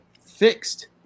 fixed